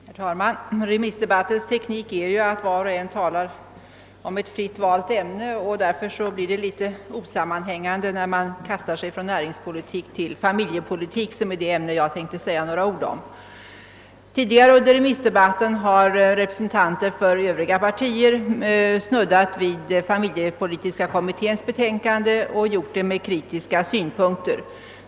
Herr talman! Remissdebattens teknik innebär ju att var och en talar om ett fritt valt ämne, och därför blir det litet osammanhängande när man kastar sig från näringspolitik till familjepolitik, som är det ämne jag tänkte säga några ord om. Tidigare under denna remissdebatt har representanter från övriga partier snuddat vid familjepolitiska kommitténs betänkande och gjort det med kritiska synpunkter.